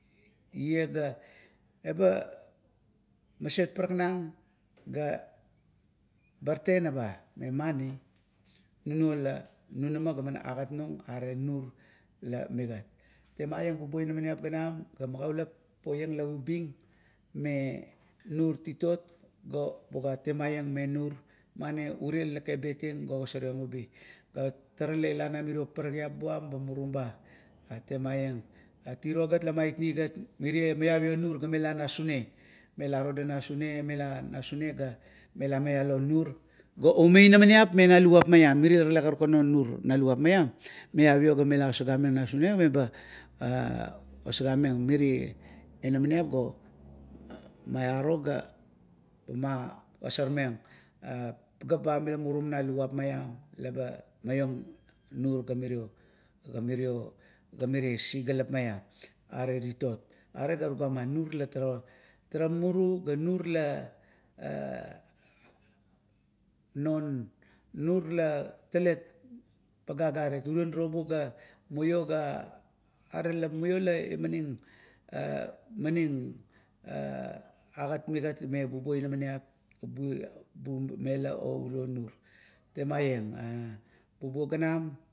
Iea ga eba maset paraknung ga tenaba memani nunuo laman nunama are nur la mmigat. Temaieng bubuo inamaniap ganam ga magaulap poieng laubing me nur titot ga buga temaieng me nur, mani ure laket betieng ga ogosoreng ubi. Tara la ila namiro paparak buam ba murumba temaieng. Aret tiro la maitigat mirie la malavio nur ga mela na sune, mela todang na sune, ga mela na sune mela maialo nur ga omai inamaniap me na luvap, maiam mirie la karukan onur na luup malavio ga magosormeng pagaep ba mila murum na luvup maiam leba maiong nur ga mirio, ga mirio, ga mirie sisigalap malam are titot. Are ga tugama nur la tara mumuru, ga nur la, a non nur la talet pagae agarit, urio nirobu la muio ga, are la muio la imaning a maning agat migat me bubuo inamaniap la bumalo ourko nur temaieng. Bubuo ganam